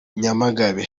nyamagabe